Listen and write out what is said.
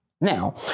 Now